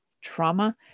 trauma